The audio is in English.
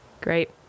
Great